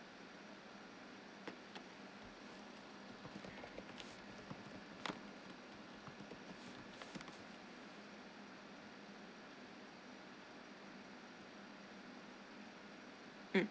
mm